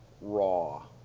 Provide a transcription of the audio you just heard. raw